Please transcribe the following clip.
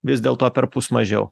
vis dėl to perpus mažiau